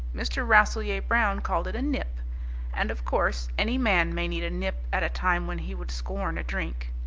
mr. rasselyer-brown called it a nip and of course any man may need a nip at a time when he would scorn a drink.